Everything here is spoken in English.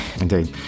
Indeed